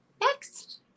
next